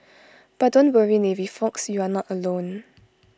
but don't worry navy folks you're not alone